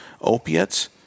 opiates